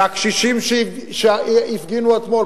זה הקשישים שהפגינו אתמול.